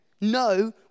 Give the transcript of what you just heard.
No